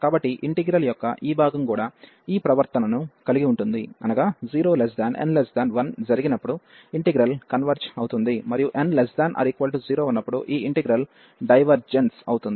కాబట్టి ఇంటిగ్రల్ యొక్క ఈ భాగం కూడా ఈ ప్రవర్తనను కలిగి ఉంటుంది అనగా 0n1జరిగినప్పుడు ఇంటిగ్రల్ కన్వెర్జ్ అవుతుంది మరియు n≤0 ఉన్నప్పుడు ఈ ఇంటిగ్రల్ డైవర్జెన్స్ అవుతుంది